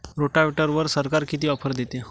रोटावेटरवर सरकार किती ऑफर देतं?